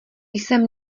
jsem